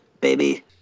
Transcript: baby